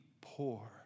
poor